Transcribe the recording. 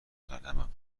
قلمم